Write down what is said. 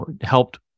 helped